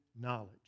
knowledge